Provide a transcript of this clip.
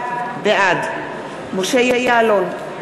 בעד משה יעלון,